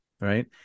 Right